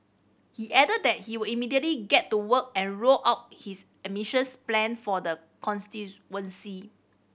he added that he will immediately get to work and roll out his ambitious plan for the constituency